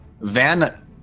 Van